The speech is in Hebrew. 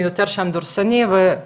מי יותר שם דורסני ותקשיבו,